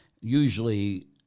usually